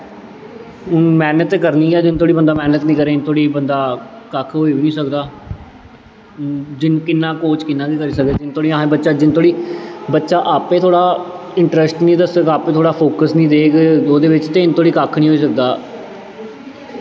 मैह्नत ते करनी ऐ जिन्ने धोड़ी बंदा मैह्नत निं करै उन्ने धोड़ी बंदा कक्ख होई निं सकदा कोच किन्ना क करी सकदे जिन्ने धोड़ी बड्डा जिन्ने धोड़ी बच्चा आपैं थोह्ड़ा ट्रस्ट निं दस्सै आपूं थोह्ड़ा फोक्स निं देग ओह्दे बिच्च ते उन्नै धोड़ी कक्ख निं होई सकदा